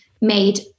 made